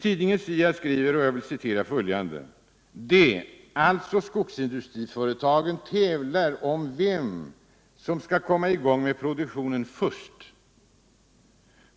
Tidningen SIA skriver också följande: ”De” —-alltså skogsindustriföretagen — ”tävlar om vem som skall komma i gång med produktionen först.